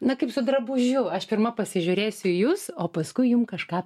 na kaip su drabužiu aš pirma pasižiūrėsiu į jus o paskui jum kažką